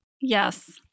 Yes